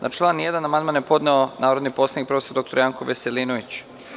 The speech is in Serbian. Na član 1. amandman je podneo narodni poslanik prof. dr Janko Veselinović.